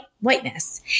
whiteness